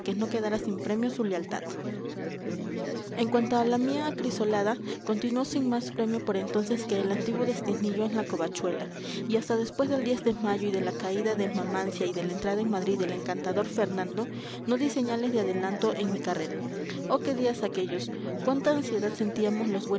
no quedara sin premio su lealtad en cuanto a la mía acrisolada continuó sin más premio por entonces que el antiguo destinillo en la covachuela y hasta después del de mayo y de la caída de la mamancia y de la entrada en madrid del encantador fernando no di señales de adelanto en mi carrera oh qué días aquellos cuánta ansiedad sentíamos los